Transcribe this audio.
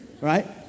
right